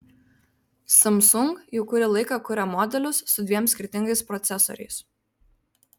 samsung jau kurį laiką kuria modelius su dviem skirtingais procesoriais